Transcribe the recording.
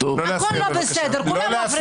הכול לא בסדר, כולם מפריעים לך.